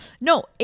No